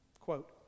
quote